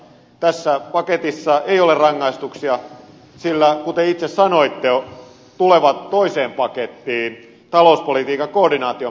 tässä paketissa ei ole rangaistuksia sillä kuten itse sanoitte ne tulevat toiseen pakettiin talouspolitiikan koordinaation perusteisiin